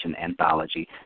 anthology